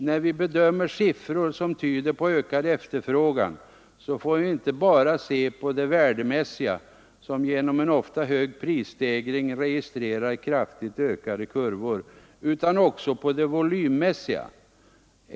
När vi bedömer siffror som tyder på ökad efterfrågan, så får vi inte bara se på det värdemässiga, som genom en ofta hög prisstegring registrerar kraftigt stigande kurvor, utan också på det volymmässiga.